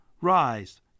Rise